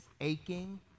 aching